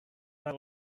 let